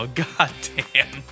goddamn